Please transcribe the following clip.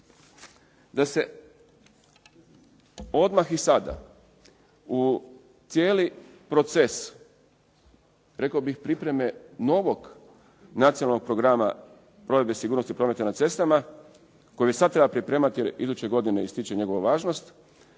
da se odmah i sada u cijeli proces rekao bih pripreme novog nacionalnog programa provedbe sigurnosti prometa na cestama koji već sad treba pripremati jer iduće godine istječe njegova važnost